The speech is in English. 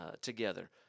together